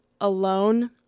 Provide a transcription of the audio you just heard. alone